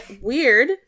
weird